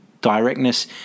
directness